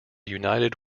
united